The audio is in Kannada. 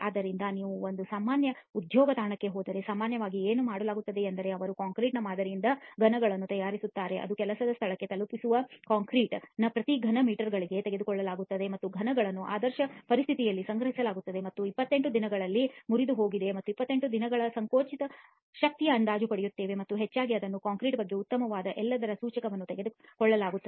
ಆದ್ದರಿಂದ ನೀವು ಒಂದು ಸಾಮಾನ್ಯ ಉದ್ಯೋಗ ತಾಣಕ್ಕೆ ಹೋದರೆ ಸಾಮಾನ್ಯವಾಗಿ ಏನು ಮಾಡಲಾಗುತ್ತದೆಯೆಂದರೆ ಅವರು ಕಾಂಕ್ರೀಟ್ನ ಮಾದರಿಯಿಂದ ಘನಗಳನ್ನು ತಯಾರಿಸುತ್ತಾರೆ ಅದು ಕೆಲಸದ ಸ್ಥಳಕ್ಕೆ ತಲುಪಿಸುವ ಕಾಂಕ್ರೀಟ್ concreteನ ಪ್ರತಿ ಘನ ಮೀಟರ್ಗಳಿಂದ ತೆಗೆದುಕೊಳ್ಳಲಾಗುತ್ತದೆ ಮತ್ತು ಈ ಘನಗಳನ್ನು ಆದರ್ಶ ಪರಿಸ್ಥಿತಿಗಳಲ್ಲಿ ಸಂಗ್ರಹಿಸಲಾಗುತ್ತದೆ ಮತ್ತು 28 ದಿನಗಳಲ್ಲಿ ಮುರಿದುಹೋಗಿದೆ ಮತ್ತು ನಾವು 28 ದಿನಗಳ ಸಂಕೋಚಕ ಶಕ್ತಿಯ ಅಂದಾಜು ಪಡೆಯುತ್ತೇವೆ ಮತ್ತು ಹೆಚ್ಚಾಗಿ ಅದನ್ನು ಕಾಂಕ್ರೀಟ್ಬಗ್ಗೆ ಉತ್ತಮವಾದ ಎಲ್ಲದರ ಸೂಚಕವಾಗಿ ತೆಗೆದುಕೊಳ್ಳಲಾಗುತ್ತದೆ